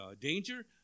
danger